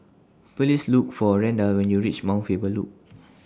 Please Look For Randall when YOU REACH Mount Faber Loop